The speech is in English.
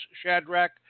Shadrach